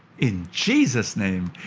in jesus' name.